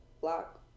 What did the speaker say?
block